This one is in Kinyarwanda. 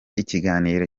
ikiganiro